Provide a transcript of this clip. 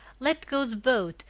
let go the boat,